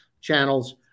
channels